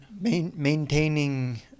Maintaining